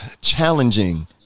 challenging